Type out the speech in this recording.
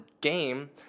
game